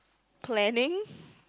planning